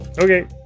Okay